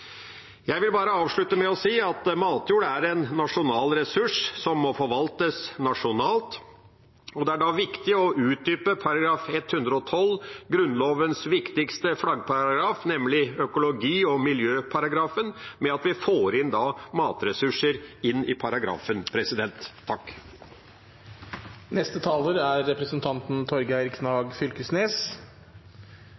Jeg vil avslutte med bare å si at matjord er en nasjonal ressurs, som må forvaltes nasjonalt. Det er da viktig å utdype § 112, Grunnlovens viktigste flaggparagraf, nemlig økologi- og miljøparagrafen, ved at vi får vern av matjordressursene inn i paragrafen.